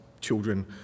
children